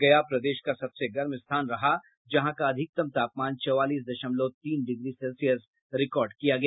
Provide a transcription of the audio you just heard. गया प्रदेश का सबसे गर्म स्थान रहा जहां का अधिकतम तापमान चौवालीस दशमलव तीन डिग्री सेल्सियस रिकार्ड किया गया